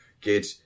Get